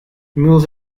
meals